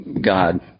god